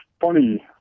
funny